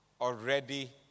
already